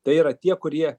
tai yra tie kurie